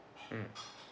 mm